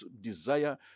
desire